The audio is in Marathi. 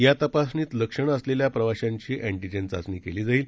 या तपासणीत लक्षणं असलेल्या प्रवाशांची एंटीजेन चाचणी केली जाईल